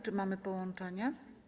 Czy mamy połączenie?